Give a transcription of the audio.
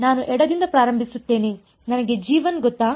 ನಾನು ಎಡದಿಂದ ಪ್ರಾರಂಭಿಸುತ್ತೇನೆ ನನಗೆ g1 ಗೊತ್ತಾ